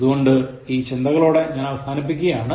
അതുകൊണ്ട് ഈ ചിന്തകളോടെ ഞാൻ അവസാനിപ്പിക്കുകയാണ്